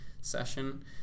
session